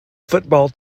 football